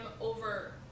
over